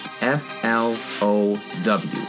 F-L-O-W